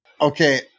Okay